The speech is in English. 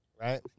right